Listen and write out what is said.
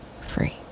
free